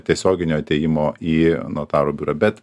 tiesioginio atėjimo į notaro biurą bet